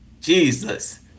Jesus